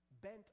bent